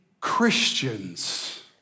Christians